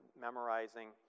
memorizing